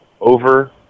over